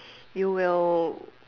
you will